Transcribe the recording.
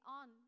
on